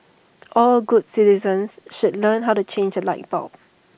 all good citizens should learn how to change A light bulb